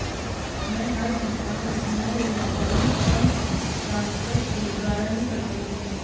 मै हर भुगतान National Electronic Funds Transfer के द्वारा ही करता हूँ